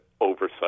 oversight